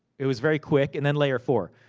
it was very quick, and then layer four.